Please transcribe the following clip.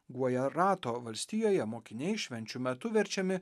guajerato valstijoje mokiniai švenčių metu verčiami